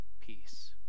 peace